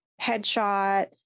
headshot